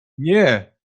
nie